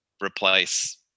replace